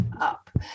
up